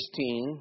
16